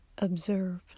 observe